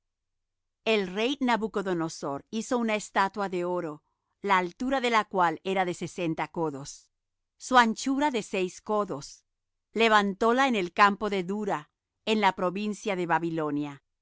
el rey nabucodonosor hizo una estatua de oro la altura de la cual era de sesenta codos su anchura de seis codos levantóla en el campo de dura en la provincia de babilonia